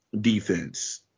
defense